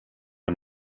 him